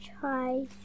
try